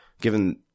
given